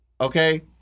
Okay